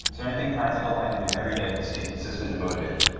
there anything practical i can do every day to stay consistent and motivated?